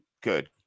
good